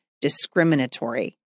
discriminatory